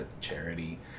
charity